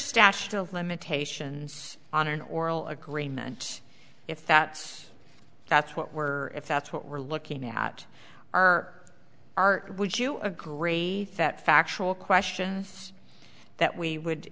stash of limitations on an oral agreement if that's that's what we're if that's what we're looking at are are would you agree that factual questions that we would